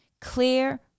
clear